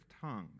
tongues